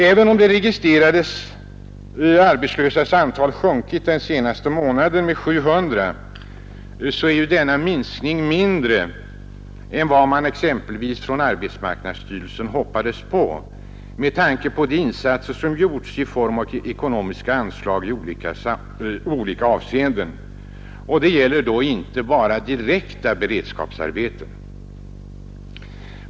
Även om de registrerade arbetslösas antal under den senaste månaden har sjunkit med 700 är denna minskning mindre än vad man exempelvis i arbetsmarknadsstyrelsen hoppats på med hänsyn till de insatser som gjorts i form av ekonomiska anslag i olika avseenden, inte bara i direkta beredskapsarbeten.